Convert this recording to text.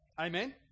Amen